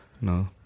no